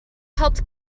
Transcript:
helped